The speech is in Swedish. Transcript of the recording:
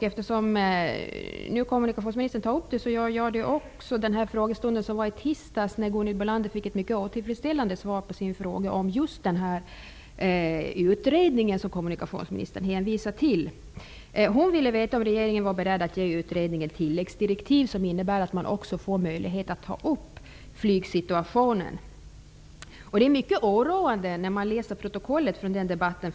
Eftersom kommunikationsministern tar upp det gör jag det också: I frågestunden i tisdags fick Gunhild Bolander ett mycket otillfredsställande svar på sin fråga om just den utredning som kommunikationsministern hänvisade till. Hon ville veta om regeringen var beredd att ge utredningen tilläggsdirektiv som innebär att man också får möjlighet att ta upp flygsituationen. Jag blir oroad när jag läser i protokollet från den debatten.